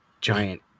giant